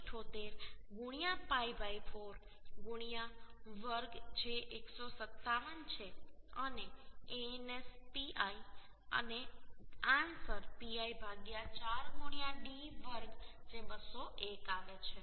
78 pi 4 વર્ગ જે 157 છે અને Ans pi 4 d વર્ગ જે 201 આવે છે